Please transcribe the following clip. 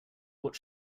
what